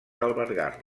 albergar